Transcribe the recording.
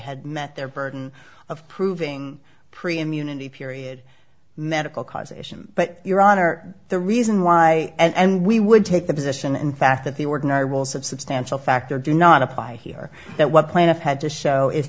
had met their burden of proving pre immunity period medical causation but your honor the reason why and we would take the position in fact that the ordinary rules of substantial factor do not apply here that what plaintiff had to show is